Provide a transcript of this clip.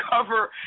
cover